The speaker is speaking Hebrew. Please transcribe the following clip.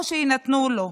או שיינתנו לו.